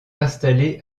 installés